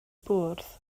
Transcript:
bwrdd